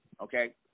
Okay